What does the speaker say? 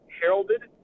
heralded